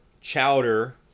Chowder